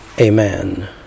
Amen